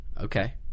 Okay